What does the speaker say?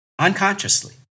Unconsciously